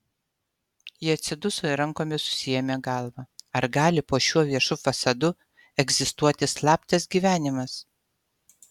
ji atsiduso ir rankomis susiėmė galvą ar gali po šiuo viešu fasadu egzistuoti slaptas gyvenimas